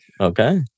Okay